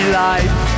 life